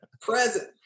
Present